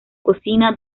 cocina